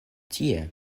tie